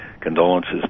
condolences